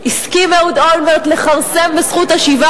הסכים אהוד אולמרט לכרסם בזכות השיבה,